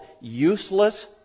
useless